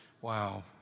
Wow